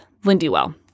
Lindywell